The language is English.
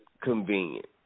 convenient